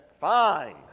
Fine